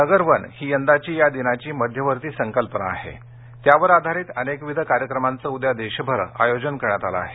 नगर वन ही यंदाची या दिनाची मध्यवर्ती संकल्पना आहे त्यावर आधारित अनेकविध कार्यक्रमांचं उद्या देशभर आयोजन करण्यात आलं आहे